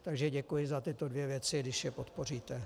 Takže děkuji za tyto dvě věci, když je podpoříte.